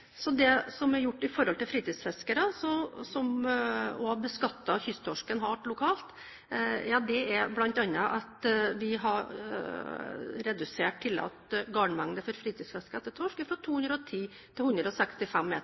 Så det som er gjort med hensyn til fritidsfiskere, og å beskatte kysttorsken lokalt, er bl.a. at vi har redusert tillatt garnmengde for fritidsfiske av torsk fra 210 til 165 meter